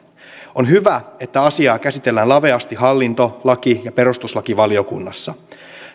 on hyvä että asiaa käsitellään laveasti hallinto laki ja perustuslakivaliokunnissa